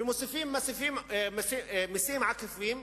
ומוסיפים מסים עקיפים,